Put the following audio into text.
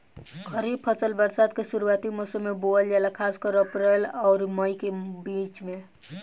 खरीफ फसल बरसात के शुरूआती मौसम में बोवल जाला खासकर अप्रैल आउर मई के बीच में